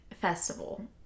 festival